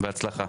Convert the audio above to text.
בהצלחה.